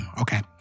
okay